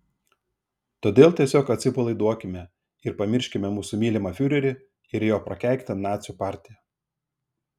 todėl tiesiog atsipalaiduokime ir pamirškime mūsų mylimą fiurerį ir jo prakeiktą nacių partiją